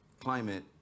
Climate